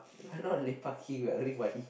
but not lepaking what earning money